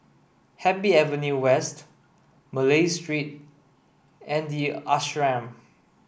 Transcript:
Happy Avenue West Malay Street and The Ashram